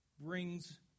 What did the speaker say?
brings